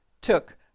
took